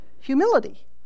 humility